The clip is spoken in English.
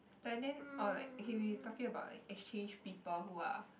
but then or like okay we talking about like exchange people who are